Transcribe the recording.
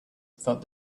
thought